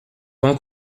pan